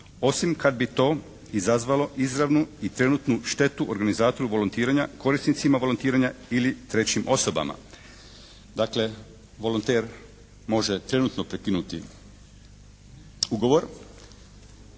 osim kad bi to izazvalo izravnu i trenutnu štetu organizatoru volontiranja, korisnicima volontiranja ili trećim osobama. Dakle, volonter može trenutno prekinuti ugovor,